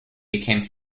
became